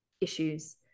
issues